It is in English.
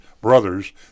brothers